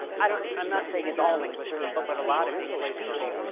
i'm not saying it's all english people but a lot of english people,